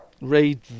Read